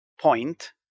point